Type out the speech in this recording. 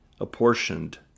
apportioned